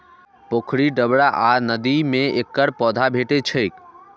पोखरि, डबरा आ नदी मे एकर पौधा भेटै छैक